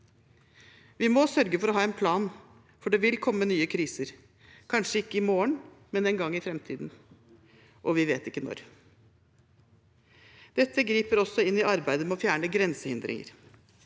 Vi må sørge for å ha en plan, for det vil komme nye kriser – kanskje ikke i morgen, men en gang i framtiden, og vi vet ikke når. Dette griper også inn i arbeidet med å fjerne grensehindringer.